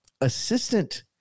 assistant